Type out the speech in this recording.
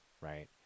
right